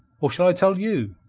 or shall i tell you?